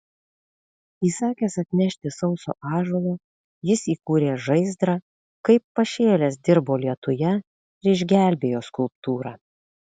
įsakęs atnešti sauso ąžuolo jis įkūrė žaizdrą kaip pašėlęs dirbo lietuje ir išgelbėjo skulptūrą